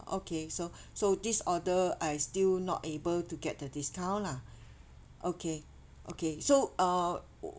okay so so this order I still not able to get the discount lah okay okay so uh